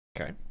okay